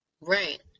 Right